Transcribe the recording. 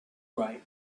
right